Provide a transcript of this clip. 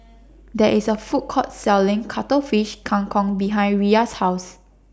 There IS A Food Court Selling Cuttlefish Kang Kong behind Riya's House